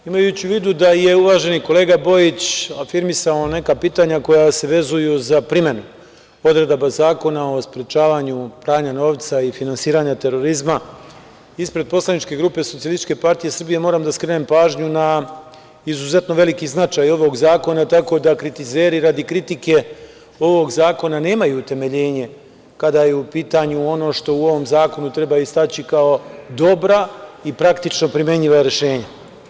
Imajući u vidu da je uvaženi kolega Bojić afirmisao neka pitanja koja se vezuju za primenu odredbi Zakona o sprečavanju pranja novca i finansiranju terorizma, ispred SPS moram da skrenem pažnju na izuzetno veliki značaj ovog zakona, tako da kritizeri radi kritike ovog zakona nemaju utemeljenje kada je u pitanju ono što u ovom zakonu treba istaći kao dobra i praktično primenjiva rešenja.